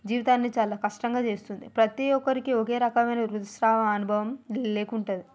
జీవితాన్ని చాలా కష్టంగా చేస్తుంది ప్రతీ ఒక్కరికి ఒకేరకం అయిన ఋతుస్రావ అనుభవం లే లేకుంటుంది